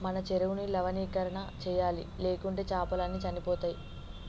మన చెరువుని లవణీకరణ చేయాలి, లేకుంటే చాపలు అన్ని చనిపోతయ్